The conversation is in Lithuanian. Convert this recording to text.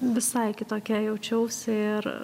visai kitokia jaučiausi ir